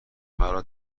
مرا